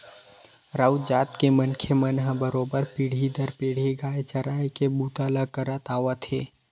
राउत जात के मनखे मन ह बरोबर पीढ़ी दर पीढ़ी गाय चराए के बूता ल करत आवत हे